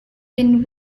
been